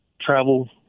travel